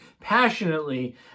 passionately